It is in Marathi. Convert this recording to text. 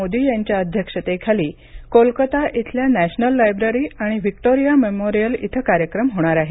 मोदी यांच्या अध्यक्षतेखाली कोलकाता इथल्या नॅशनल लायब्ररी आणि व्हिक्टोरिया मेमोरियल इथं कार्यक्रम होणार आहेत